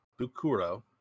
bukuro